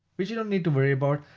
which you don't need to worry about.